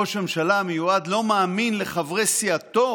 ראש הממשלה המיועד לא מאמין לחברי סיעתו?